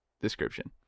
description